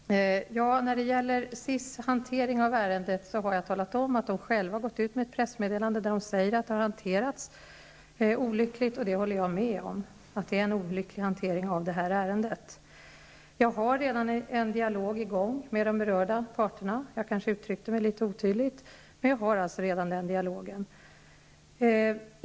Herr talman! När det gäller SIS hantering av ärendet har jag talat om att SIS har gått ut med ett pressmeddelande, vari man säger att ärendet har hanterats olyckligt. Det håller jag med om. Jag kanske uttryckte mig litet olyckligt, men jag för alltså redan en dialog med berörda parter.